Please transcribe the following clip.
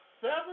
seven